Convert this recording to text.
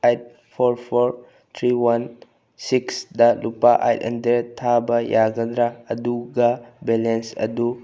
eight four four three one sixty ꯂꯨꯄꯥ eight hundred ꯊꯥꯕ ꯌꯥꯒꯗ꯭ꯔꯥ ꯑꯗꯨꯒ ꯕꯦꯂꯦꯟꯁ ꯑꯗꯨ